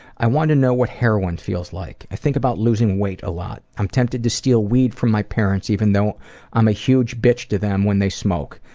i want to know what heroin feels like. i think about losing weight a lot. i'm tempted to steal weed from my parents even though i'm a huge bitch to them when they smoke.